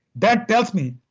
that tells me,